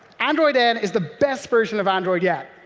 android n is the best version of android yet.